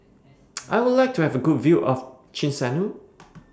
I Would like to Have A Good View of Chisinau